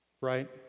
Right